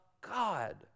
God